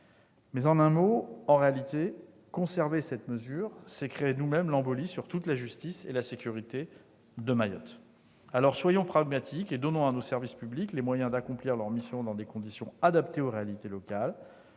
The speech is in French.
choses en quelques mots, conserver cette mesure, c'est créer nous-mêmes l'embolie de la justice et de la sécurité à Mayotte. Alors, soyons pragmatiques et donnons à nos services publics les moyens d'accomplir leurs missions dans des conditions adaptées aux réalités locales.